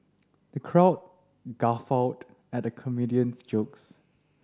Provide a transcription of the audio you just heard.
the crowd guffawed at the comedian's jokes